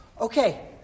okay